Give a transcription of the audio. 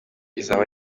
izaba